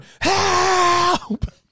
Help